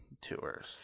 tours